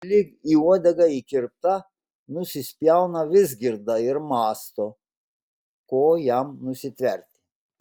lyg į uodegą įkirpta nusispjauna vizgirda ir mąsto ko jam nusitverti